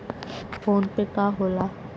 PhonePe का होला?